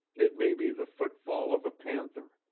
it may be the footfall of a panther.